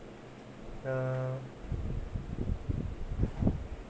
err